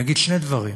אני אגיד שני דברים: